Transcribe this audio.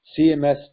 CMS